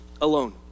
alone